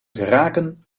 geraken